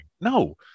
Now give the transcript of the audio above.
No